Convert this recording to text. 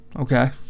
Okay